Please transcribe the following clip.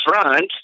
front